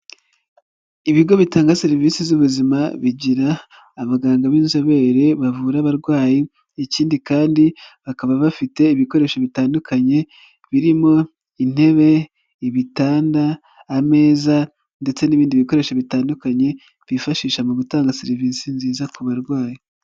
Ibigo bitanga serivisi z'ubuzima bigira abaganga b'inzobere bavura abarwayi ikindi kandi bakaba bafite ibikoresho bitandukanye, birimo intebe, ibitanda, ameza ndetse n'ibindi bikoresho bitandukanye byifashisha mu gutanga serivisi nziza ku barwayi.